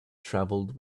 travelled